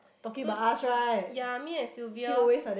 to ya me and Sylvia